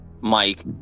mike